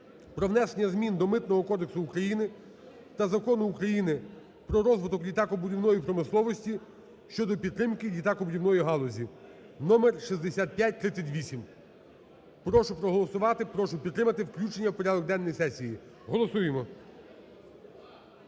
"Про внесення змін до Митного кодексу України та Закону України "Про розвиток літакобудівної промисловості" щодо підтримки літакобудівної галузі" (номер 6538). Прошу проголосувати, прошу підтримати включення в порядок денний сесії. Голосуємо.